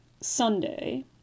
Sunday